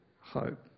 hope